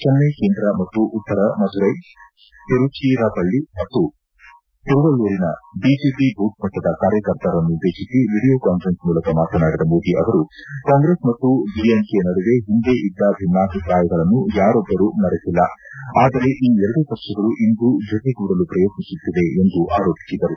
ಚೆನ್ನೈ ಕೇಂದ್ರ ಮತ್ತು ಉತ್ತರ ಮಧುರೈ ತಿರುಚಿರಪಳ್ಳ ಮತ್ತು ತಿರುವಳ್ಳೂರಿನ ಬಿಜೆಪಿ ಭೂತ್ಮಟ್ಟದ ಕಾರ್ಯಕರ್ತರನ್ನುದ್ದೇಶಿಸಿ ವಿಡಿಯೋ ಕಾನ್ವರೆನ್ಸ್ ಮೂಲಕ ಮಾತನಾಡಿದ ಮೋದಿ ಅವರು ಕಾಂಗ್ರೆಸ್ ಮತ್ತು ಡಿಎಂಕೆ ನಡುವೆ ಹಿಂದೆ ಇದ್ದ ಭಿನ್ನಾಭಿಪ್ರಾಯಗಳನ್ನು ಯಾರೊಬ್ಬರು ಮರೆತಿಲ್ಲ ಆದರೆ ಈ ಎರಡೂ ಪಕ್ಷಗಳು ಇಂದು ಜತೆಗೂಡಲು ಪ್ರಯತ್ನಿಸುತ್ತಿವೆ ಎಂದು ಆರೋಪಿಸಿದರು